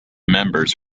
members